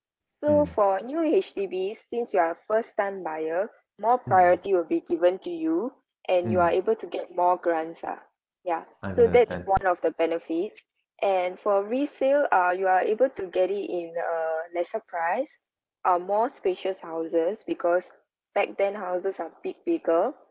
so for new H_D_B's since you are a first time buyer more priority will be given to you and you are able to get more grants lah ya so that's one of the benefits and for resale uh you are able to get it in uh lesser price um more spacious houses because back then houses are bit bigger